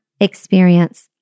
experience